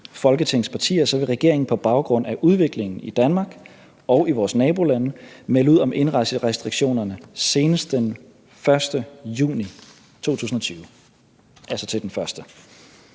Folketingets partier, vil regeringen på baggrund af udviklingen i Danmark og i vores nabolande melde ud om indrejserestriktionerne senest den 1. juni 2020, altså til den 1.